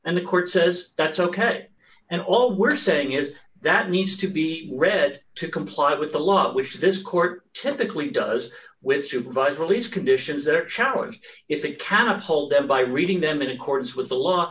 and the court says that's ok and all we're saying is that needs to be read to comply with a lot which this court typically does with supervised release conditions that are challenged if they can uphold them by reading them in accordance with the law